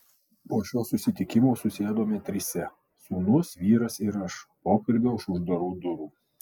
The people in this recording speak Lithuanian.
po šio susitikimo susėdome trise sūnus vyras ir aš pokalbio už uždarų durų